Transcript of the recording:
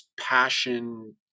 passion